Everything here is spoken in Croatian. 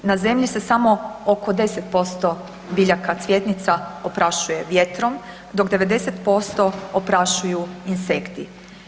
Na zemlji se samo oko 10% biljaka cvjetnica oprašuje vjetrom, dok 90% oprašuju insekti.